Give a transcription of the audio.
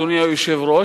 אדוני היושב-ראש,